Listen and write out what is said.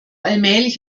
allmählich